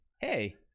hey